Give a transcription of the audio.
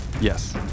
Yes